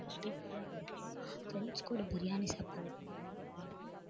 சூப்பரா இருக்கும் ஃப்ரெண்ட்ஸ் கூட பிரியாணி சாப்பிடுறது ரொம்ப பிடிக்கும்